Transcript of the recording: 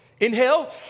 inhale